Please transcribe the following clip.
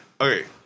okay